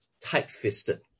tight-fisted